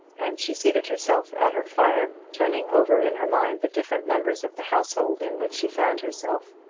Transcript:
and she seated herself at her fire, turning over in her mind the different members of the household in which she found herself.